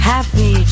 Happy